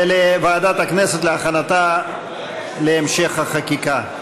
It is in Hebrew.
לוועדת הכנסת להכנתה להמשך החקיקה.